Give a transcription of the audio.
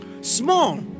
Small